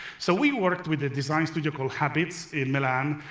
so we worked with a design studio called habits, in milan,